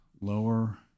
lower